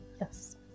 yes